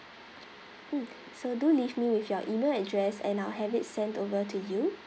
mm so do leave me with your email address and I'll have it sent over to you